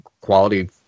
quality